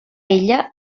illa